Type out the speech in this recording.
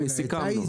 הינה, סיכמנו.